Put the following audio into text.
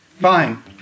Fine